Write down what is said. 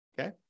Okay